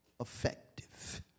effective